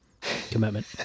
commitment